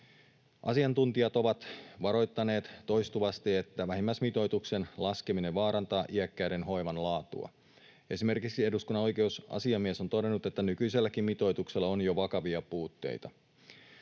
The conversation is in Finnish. Asiantuntijat ovat varoittaneet toistuvasti, että vähimmäismitoituksen laskeminen vaarantaa iäkkäiden hoivan laatua. Esimerkiksi eduskunnan oikeusasiamies on todennut, että nykyiselläkin mitoituksella on jo vakavia puutteita.